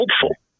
Hopeful